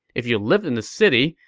if you lived in the city,